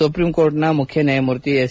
supreme ಕೋರ್ಟ್ನ ಮುಖ್ಯನ್ನಾಯಮೂರ್ತಿ S